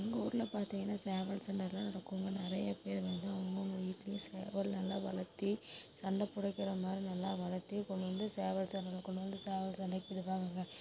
எங்கள் ஊரில் பார்த்திங்கன்னா சேவல் சண்டைலாம் நடக்குங்க நிறைய பேர் வந்து அவங்கவுங்க வீட்டிலயும் சேவல் நல்லா வளர்த்தி சண்டை பிடிக்குற மாதிரி நல்லா வளர்த்தி கொண்டு வந்து சேவல் சண்டையில் கொண்டு வந்து சேவல் சண்டைக்கு விடுவாங்கங்க